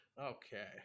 Okay